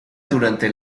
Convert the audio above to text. durante